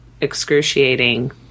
excruciating